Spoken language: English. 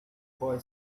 boy